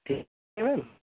ٹھیک ہے میم